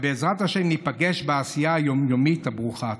ובעזרת השם ניפגש בעשייה היום-יומית הברוכה.